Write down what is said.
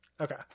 Okay